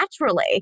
naturally